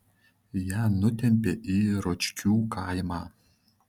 ją nutempė į ročkių kaimą